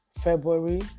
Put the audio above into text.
February